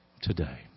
Today